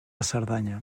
cerdanya